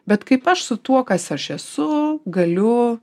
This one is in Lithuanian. bet kaip aš su tuo kas aš esu galiu